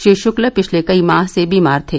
श्री शुक्ल पिछले कई माह से बीमार थे